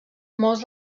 molts